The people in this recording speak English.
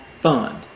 fund